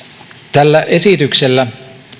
tällä esityksellä